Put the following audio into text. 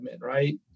right